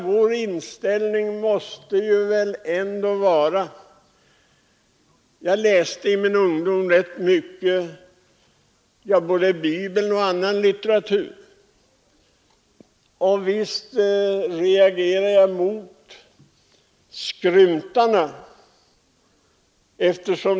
Jag läste rätt mycket i min ungdom, både Bibeln och annan litteratur, och visst reagerade jag mot skrymtarna.